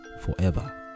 forever